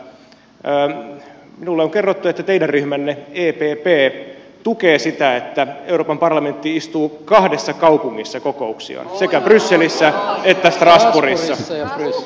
minulle on kerrottu että teidän ryhmänne epp tukee sitä että euroopan parlamentti istuu kahdessa kaupungissa kokouksiaan sekä brysselissä että strasbourgissa kahden kaupungin mallia